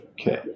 Okay